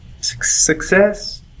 success